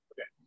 Okay